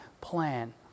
plan